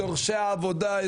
דורשי עבודה,